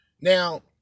now